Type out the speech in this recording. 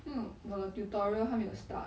我的 tutorial 还没有 start